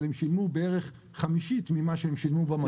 אבל הם שילמו בערך חמישית ממה שהם שילמו במטוס.